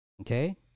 Okay